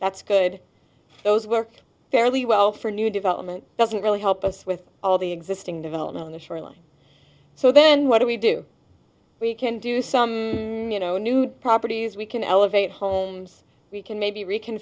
that's good those work fairly well for new development doesn't really help us with all the existing development on the shoreline so then what do we do we can do some you know new properties we can elevate homes we can maybe r